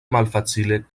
malfacile